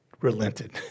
relented